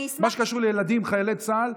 מה שקשור לילדים, לחיילי צה"ל,